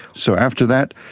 so after that,